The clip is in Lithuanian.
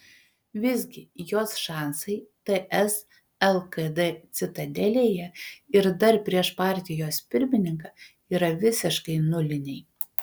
visgi jos šansai ts lkd citadelėje ir dar prieš partijos pirmininką yra visiškai nuliniai